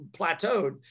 plateaued